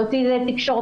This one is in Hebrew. להוציא את זה תקשורתית.